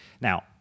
now